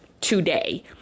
today